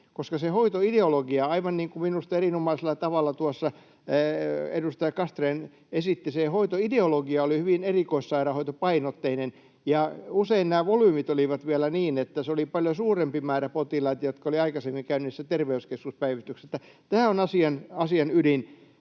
koska se hoitoideologia — aivan niin kuin minusta erinomaisella tavalla tuossa edustaja Castrén esitti — oli hyvin erikoissairaanhoitopainotteinen. Usein nämä volyymit olivat vielä niin, että se oli paljon suurempi määrä potilaita, joka oli aikaisemmin käynyt niissä terveyskeskuspäivystyksissä. Tämä on asian ydin.